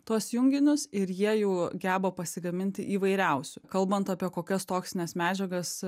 tuos junginius ir jie jau geba pasigaminti įvairiausių kalbant apie kokias toksines medžiagas